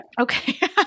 Okay